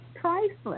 priceless